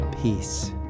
peace